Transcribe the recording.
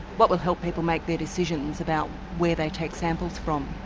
what will help people make their decisions about where they take samples from?